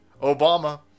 Obama